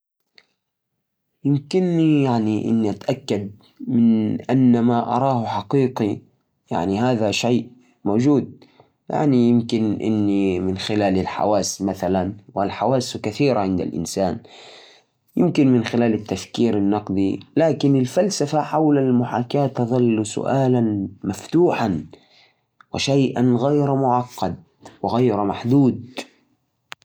عشان اتأكد ان اللي اشوفه حقيقي استنده للحواس والخبرات اللي أعيشها. إذا كنت أشعر وأتفاعل مع الأشياء من حولي، فهذا يعطيني أحساس بالواقع. كمان أبحث عن تفسيرات منطقية للأحداث، وأثق في المعلومات من مصادر موثوقة. في النهاية، تجربة الشخصية والمشاعر تلعب دور كبير في فهم الواقع، بس الفكرة عن المحاكاة تبقى مثيرة للاهتمام.